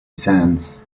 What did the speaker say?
cents